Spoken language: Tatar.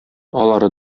алары